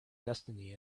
destiny